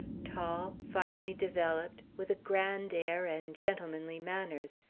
tall, finely developed, with a grand air and gentlemanly manners.